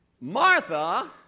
Martha